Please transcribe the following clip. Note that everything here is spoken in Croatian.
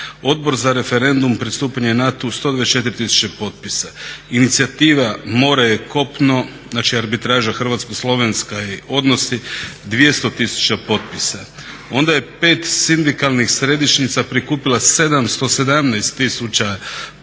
Odbor za referendum, pristupanje NATO-u 124 tisuće potpisa. Inicijativa "More je kopno", znači arbitraža hrvatsko-slovenska i odnosi 200 tisuća popisa. Onda je pet sindikalnih središnjica prikupilo 717 tisuća popisa